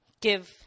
give